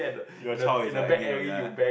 your child is like ya ya